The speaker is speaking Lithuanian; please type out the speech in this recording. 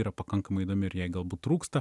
yra pakankamai įdomi ir jai galbūt trūksta